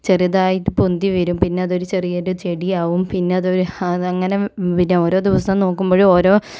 ചെറുതായിട്ട് പൊന്തി വരും പിന്നതൊരു ചെറിയൊരു ചെടിയാവും പിന്നത് ഹതങ്ങനെ വരും ഓരോ ദിവസം നോക്കുമ്പൊഴും ഓരോ